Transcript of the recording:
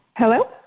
Hello